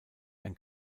ein